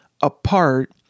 apart